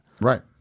Right